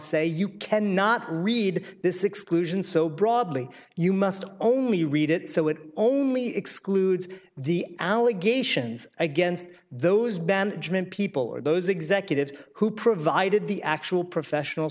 say you cannot read this exclusion so broadly you must only read it so it only excludes the allegations against those banned german people or those executives who provided the actual professional